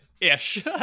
Ish